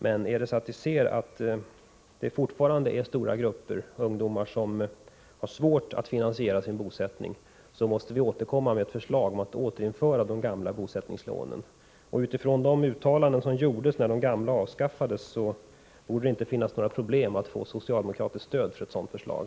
Finner vi att stora grupper av ungdomar fortfarande har svårt att finansiera sin bosättning, då måste vi återkomma med ett förslag om återinförande av de gamla bosättningslånen. Med tanke på de uttalanden som gjordes när dessa lån avskaffades borde det inte vara något problem att få socialdemokratiskt stöd för ett sådant förslag.